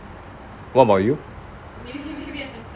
what about you